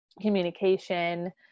communication